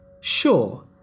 sure